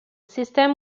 system